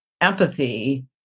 empathy